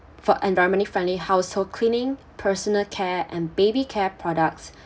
for environmentally friendly household cleaning personal care and baby care products